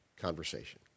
conversation